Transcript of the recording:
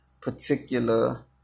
particular